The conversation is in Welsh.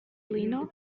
blino